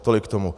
Tolik k tomu.